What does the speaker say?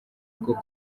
rwo